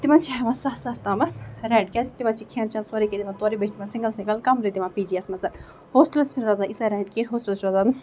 تِمن چھِ ہیٚوان سَتھ ساس تامَتھ رینٹ کیازِ کہِ یِمن چھِ کھیٚن چیٚن سورُے کیٚنہہ دوان تورے بیٚیہِ چھِ تِمن سِنگٕل سنگٕل کَمرٕ دِوان پی جیس منٛز ہوسٹَلس چھُنہٕ روزان یِیٖژاہ رینٹ کیٚنٛہہ ہوسٹلَس چھُ روزان